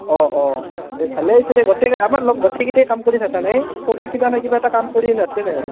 অঁ অঁ এই গোটেই আমাৰ লগ গোটেইকেইটেই কাম কৰি থাকা নাই চবেই কিবা নাই কিবা এটা কাম কৰি